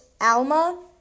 Alma